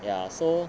ya so